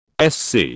SC